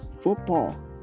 football